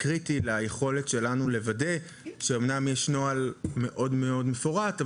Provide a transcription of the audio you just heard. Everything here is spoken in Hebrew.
קריטי ליכולת שלנו לוודא שאמנם יש נוהל מאוד מפורט,